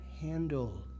handle